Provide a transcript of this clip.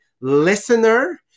listener